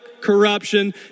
corruption